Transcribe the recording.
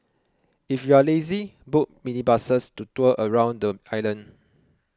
if you are lazy book minibuses to tour around the island